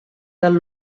del